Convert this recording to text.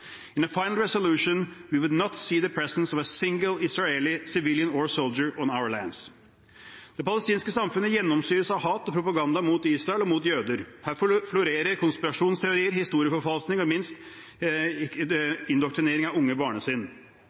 final resolution, we would not see the presence of a single Israeli – civilian or soldier – on our lands». Det palestinske samfunnet gjennomsyres av hat og propaganda mot Israel og mot jøder. Herfra florerer konspirasjonsteorier, historieforfalskninger og ikke minst indoktrinering av unge